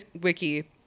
wiki